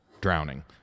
drowning